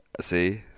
See